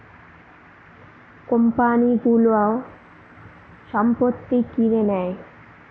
কোম্পানিগুলো সম্পত্তি কিনে নেয়